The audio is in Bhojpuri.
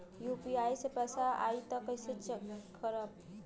यू.पी.आई से पैसा आई त कइसे चेक खरब?